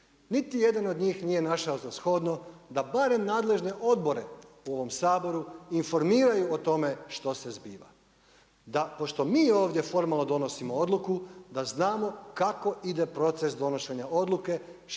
Niti jedan od njih nije našao za shodno da barem nadležne odbore u ovom Saboru informiraju o tome što se zbiva. Da pošto mi ovdje formalno donosimo odluku, da znamo kako ide proces donošenja odluke,